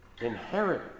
inherit